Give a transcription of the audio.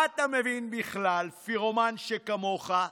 מה אתה מבין בכלל, פירומן שכמוך?